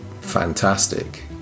fantastic